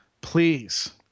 Please